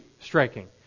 striking